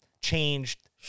changed